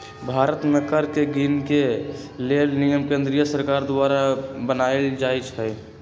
भारत में कर के गिनेके लेल नियम केंद्रीय सरकार द्वारा बनाएल जाइ छइ